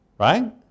Right